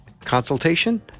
consultation